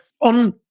on